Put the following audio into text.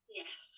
yes